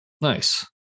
Nice